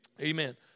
Amen